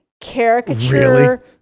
caricature